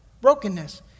Brokenness